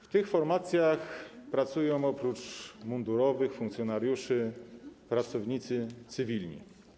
W tych formacjach pracują oprócz mundurowych funkcjonariuszy pracownicy cywilni.